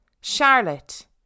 Charlotte